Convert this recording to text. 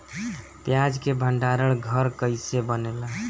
प्याज के भंडार घर कईसे बनेला?